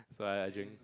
but I drink